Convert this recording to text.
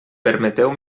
permeteu